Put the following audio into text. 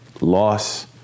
loss